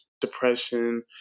depression